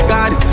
God